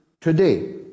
today